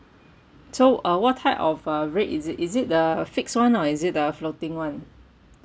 so uh what type of uh rate is it is it the fixed [one] or is it the floating [one]